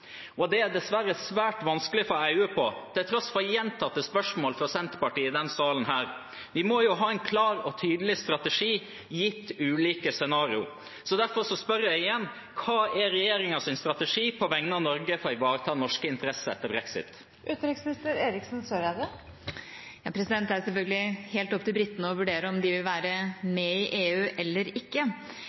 Og det er det dessverre svært vanskelig å få øye på til tross for gjentatte spørsmål fra Senterpartiet i denne salen. Vi må jo ha en klar og tydelig strategi gitt ulike scenarioer. Derfor spør jeg igjen: Hva er regjeringens strategi på vegne av Norge for å ivareta norske interesser etter brexit? Det er selvfølgelig helt opp til britene å vurdere om de vil være med i EU eller ikke,